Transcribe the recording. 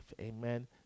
amen